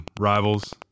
rivals